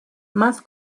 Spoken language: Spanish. más